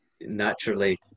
naturally